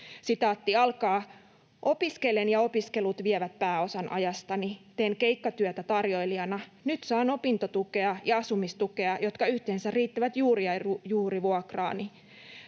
ja ruokaan.” ”Opiskelen, ja opiskelut vievät pääosan ajastani. Teen keikkatyötä tarjoilijana. Nyt saan opintotukea ja asumistukea, jotka yhteensä riittävät juuri ja